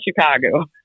Chicago